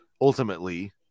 ultimately